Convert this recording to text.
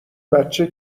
بچه